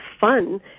fun